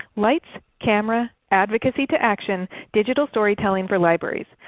lights, camera, advocacy to action digital storytelling for libraries.